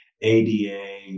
ADA